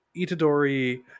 Itadori